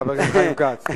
חבר הכנסת חיים כץ.